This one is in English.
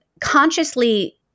consciously